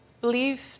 believe